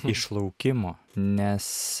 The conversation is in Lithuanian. išlaukimo nes